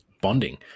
bonding